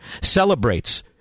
celebrates